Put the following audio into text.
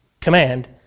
command